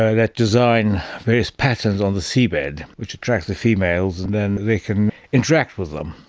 ah that design various patterns on the seabed which attract the females and then they can interact with them.